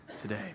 today